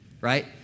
Right